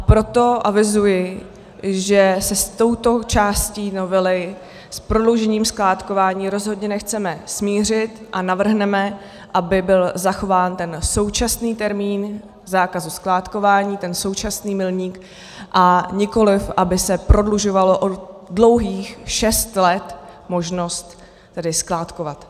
Proto avizuji, že se s touto částí novely, s prodloužením skládkování, rozhodně nechceme smířit a navrhneme, aby byl zachován současný termín zákazu skládkování, ten současný milník, a nikoliv aby se prodlužovala o dlouhých šest let možnost skládkovat.